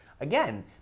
Again